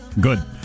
Good